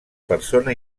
persona